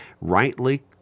rightly